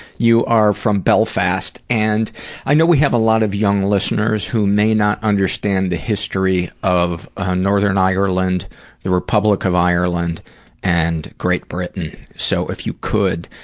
you are from belfast, and i know we have a lot of young listeners who may not understand the history of ah northern ireland and the republic of ireland and great britain, so if you could,